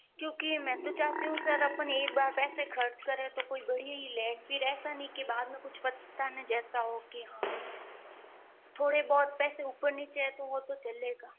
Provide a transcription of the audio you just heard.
क्योंकि मैं तो चाहती हूँ सर अपन एक बार पैसे खर्च करे तो कोई बढ़िया ही ले फिर ऐसा नही कि बाद में कुछ पछताने जैसा हो कि हाँ थोड़े बहुत पैसे ऊपर नीचे हैं तो वो तो चलेगा